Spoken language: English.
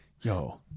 yo